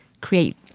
create